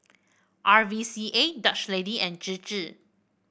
R V C A Dutch Lady and Chir Chir